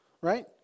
Right